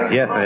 Yes